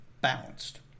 balanced